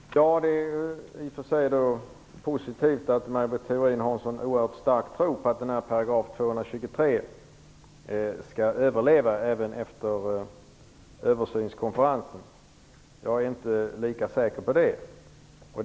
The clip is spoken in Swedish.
Herr talman! Det är ju i och för sig positivt att Maj Britt Theorin har en så oerhört stark tro på att 223 § skall överleva även efter översynskonferensen, men jag är inte lika säker på det.